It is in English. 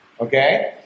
Okay